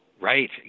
Right